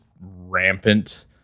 rampant